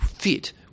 fit